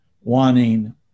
wanting